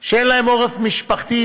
שאין להם עורף משפחתי,